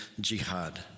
Jihad